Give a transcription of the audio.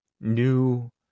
new